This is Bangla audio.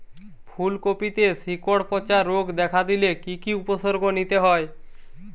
ফুলকপিতে শিকড় পচা রোগ দেখা দিলে কি কি উপসর্গ নিতে হয়?